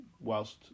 whilst